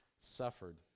suffered